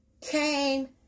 Came